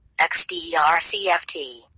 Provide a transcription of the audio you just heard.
XDRCFT